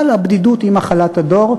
אבל הבדידות היא מחלת הדור,